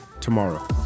tomorrow